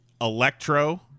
Electro